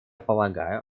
полагаю